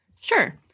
Sure